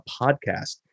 podcast